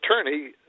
attorney